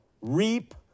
reap